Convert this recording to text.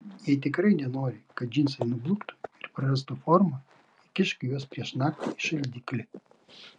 jei tikrai nenori kad džinsai nubluktų ir prarastų formą įkišk juos prieš naktį į šaldiklį